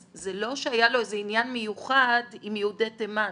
אז זה לא שהיה לו איזה עניין מיוחד עם יהודי תימן.